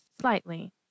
slightly